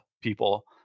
people